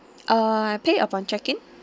uh I pay upon check in